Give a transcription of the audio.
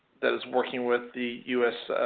that is working with the u s.